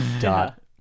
Dot